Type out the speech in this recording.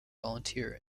volunteer